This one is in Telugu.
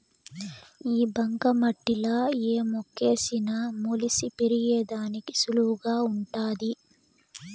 ఈ బంక మట్టిలా ఏ మొక్కేసిన మొలిసి పెరిగేదానికి సులువుగా వుంటాది